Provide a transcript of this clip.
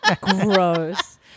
Gross